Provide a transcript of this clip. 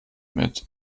mit